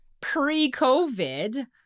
pre-COVID